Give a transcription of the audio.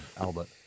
Albert